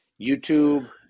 YouTube